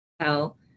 tell